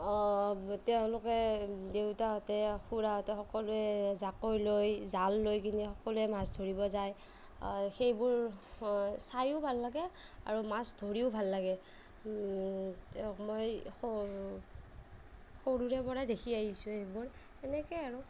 তেওঁলোকে দেউতাহঁতে খুড়াহঁতে সকলোৱে জাকৈ লৈ জাল লৈ কিনে সকলোৱে মাছ ধৰিব যায় সেইবোৰ চায়ো ভাল লাগে আৰু মাছ ধৰিও ভাল লাগে মই সৰুৰে পৰাই দেখি আহিছোঁ এইবোৰ এনেকেই আৰু